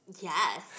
Yes